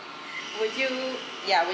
would you ya would